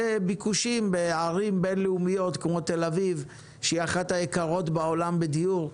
וביקושים בערים בין-לאומית כמו תל-אביב שהיא אחת היקרות בעולם בדיור,